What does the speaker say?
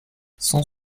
cent